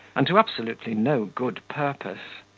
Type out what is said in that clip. and to absolutely no good purpose,